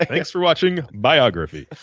like thanks for watching biography.